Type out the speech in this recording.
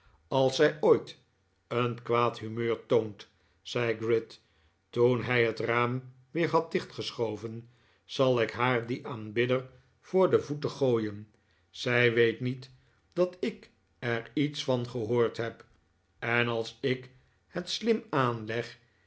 als zij ooit een kwaad humeur toont zei gride toen hij het raam weer had dichtgeschoven zal ik haar dien aanbidder voor de voeten gooien zij weet niet dat ik er iets van gehoord heb en als ik het slim aanleg